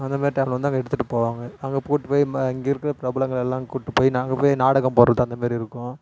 அந்த மாரி டைமில் வந்து அங்கே எடுத்துட்டுப்போவாங்க அங்கே கூட்டுபோய் ம இங்கருக்குற பிரபலங்களெல்லாம் கூட்டுபோய் அங்கே போய் நாடகம் போடுறது அந்த மாரிருக்கும்